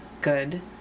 good